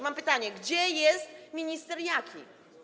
Mam pytanie: Gdzie jest minister Jaki?